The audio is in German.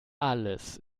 alles